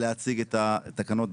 את התקנות.